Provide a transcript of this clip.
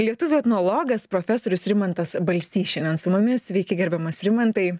lietuvių etnologas profesorius rimantas balsys šiandien su mumis sveiki gerbiamas rimantai